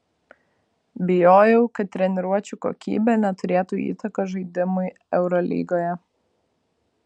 bijojau kad treniruočių kokybė neturėtų įtakos žaidimui eurolygoje